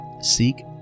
seek